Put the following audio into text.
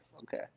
Okay